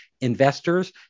investors